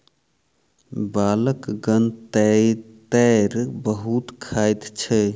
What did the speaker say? बालकगण तेतैर बहुत खाइत अछि